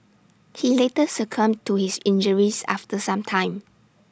he later succumbed to his injuries after some time